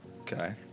Okay